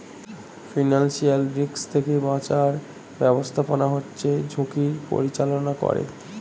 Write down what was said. financial risk থেকে বাঁচার ব্যাবস্থাপনা হচ্ছে ঝুঁকির পরিচালনা করে